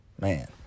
Man